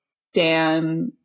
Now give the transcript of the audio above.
Stan